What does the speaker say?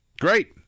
Great